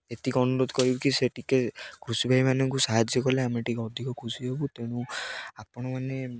ଏତିକି ଅନୁରୋଧ କରିବି କି ସେ ଟିକିଏ କୃଷି ଭାଇମାନଙ୍କୁ ସାହାଯ୍ୟ କଲେ ଆମେ ଟିକିଏ ଅଧିକ ଖୁସି ହେବୁ ତେଣୁ ଆପଣମାନେ